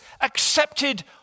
accepted